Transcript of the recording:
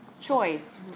Choice